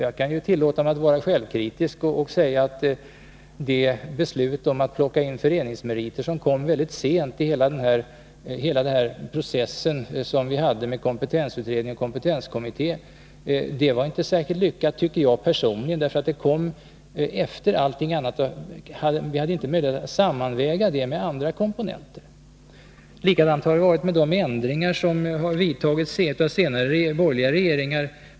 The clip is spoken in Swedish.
Jag kan tillåta mig att vara självkritisk och säga att det beslut om att plocka in föreningsmeriter som kom mycket sent i den process som vi hade med kompetensutredning och kompetenskommitté inte var särskilt lyckat. Det kom efter allt annat, och vi hade inte möjlighet att sammanväga det med andra komponenter. På samma sätt har det varit med de ändringar som har gjorts av senare borgerliga regeringar.